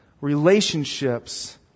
relationships